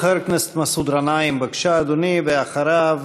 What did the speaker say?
חבר הכנסת מסעוד גנאים, בבקשה, אדוני, ואחריו